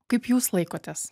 kaip jūs laikotės